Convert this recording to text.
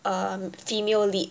um female lead